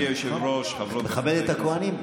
מכבד את הכוהנים.